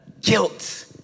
guilt